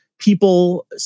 people